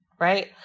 Right